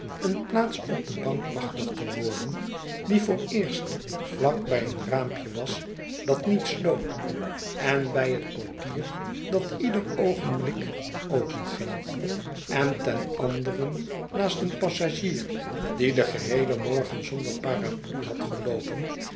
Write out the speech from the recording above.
een plaats op de bank machtig te worden die vooreerst vlak bij een raampje was dat niet sloot en bij het portier dat ieder oogenblik open ging en ten anderen naast een passagier die den geheelen morgen zonder parapluie had geloopen